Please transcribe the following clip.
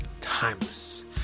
Timeless